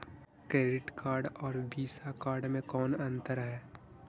Credit card और Visa card मे कौन अन्तर है?